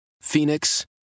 Phoenix